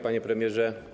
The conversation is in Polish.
Panie Premierze!